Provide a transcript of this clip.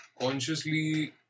consciously